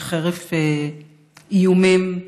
שחרף איומים,